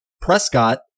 Prescott